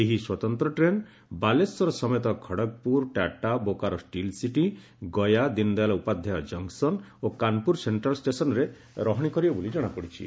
ଏହି ସ୍ୱତନ୍ତ ଟ୍ରେନ୍ ବାଲେଶ୍ୱର ସମେତ ଖଡ଼ଗପୁର ଟାଟା ବୋକାରୋ ଷିଟି ଗୟା ଦୀନଦୟାଲ ଉପାଧାୟ ଜଙ୍ଙ୍ସନ୍ ଓ କାନପୁର ସେଙ୍ଙାଲ୍ ଷେସନ୍ରେ ରହଶି କରିବ ବୋଲି ଜଣାପଡ଼ିଛି